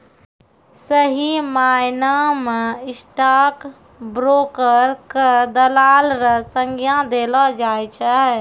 सही मायना म स्टॉक ब्रोकर क दलाल र संज्ञा देलो जाय छै